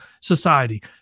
society